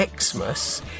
Xmas